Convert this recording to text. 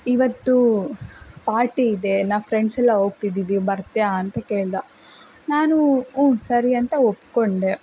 ಇವತ್ತು ಪಾರ್ಟಿ ಇದೆ ನಾವು ಫ್ರೆಂಡ್ಸೆಲ್ಲ ಹೋಗ್ತಿದ್ದೀವಿ ಬರ್ತೀಯ ಅಂತ ಕೇಳಿದ ನಾನು ಊಂ ಸರಿ ಅಂತ ಒಪ್ಪಿಕೊಂಡೆ